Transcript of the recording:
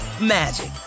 magic